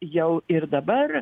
jau ir dabar